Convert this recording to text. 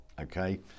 Okay